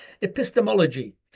Epistemology